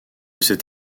cet